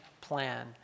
plan